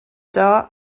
dar